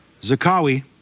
Zakawi